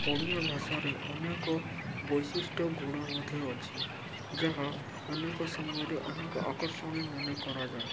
ଓଡ଼ିଆ ଭାଷାରେ ଅନେକ ବୈଶିଷ୍ଟ୍ୟ ଗୁଣ ମଧ୍ୟ ଅଛି ଯାହା ଅନେକ ସମୟରେ ଅନେକ ଆକର୍ଷଣୀୟ ମନେ କରାଯାଏ